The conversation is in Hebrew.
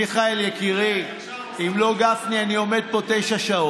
מיכאל יקירי, אם לא גפני אני עומד פה תשע שעות.